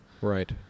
Right